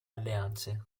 alleanze